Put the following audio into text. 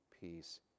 peace